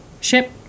Ship